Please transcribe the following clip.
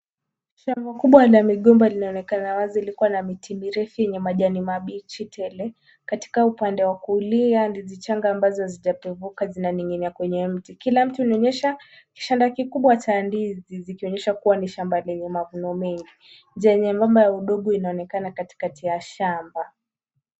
Shamba kubwa la migomba linaonekana wazi, liko na miti mirefu yenye majani ma mbichi tele, katika upande wa kulia ndizi changa ambazo hazijapevuka zinaning'inia kwenye mti, kila mti unaonyesha shada kikubwa cha ndizi kikionyesha kuwa ni shamba lenye mavuno mengi, njia nyembamba ya udongo inaonekana katikati ya shamba.